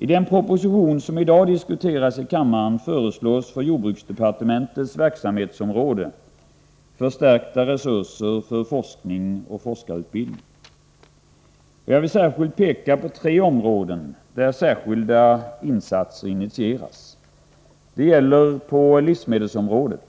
I den proposition som i dag diskuteras i kammaren föreslås för jordbruksdepartementets verksamhetsområde förstärkta resurser för forskning och forskarutbildning. Jag vill peka på tre områden där särskilda insatser initieras. Det gäller livsmedelsområdet,